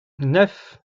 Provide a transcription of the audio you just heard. neuf